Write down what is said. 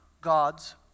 God's